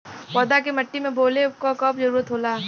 पौधा के मिट्टी में बोवले क कब जरूरत होला